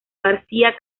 garcía